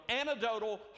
anecdotal